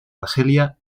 argelia